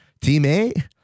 teammate